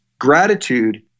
gratitude